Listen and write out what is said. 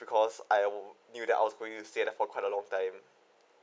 because I knew that I was going to say there for quite a long time